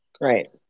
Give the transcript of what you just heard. right